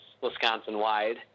Wisconsin-wide